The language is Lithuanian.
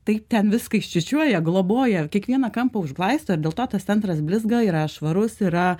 taip ten viską iščiūčiuoja globoja kiekvieną kampą užglaisto ir dėl to tas centras blizga yra švarus yra